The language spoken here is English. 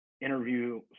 interview